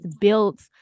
built